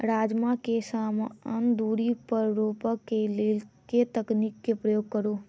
राजमा केँ समान दूरी पर रोपा केँ लेल केँ तकनीक केँ प्रयोग करू?